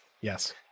Yes